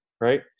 right